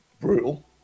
brutal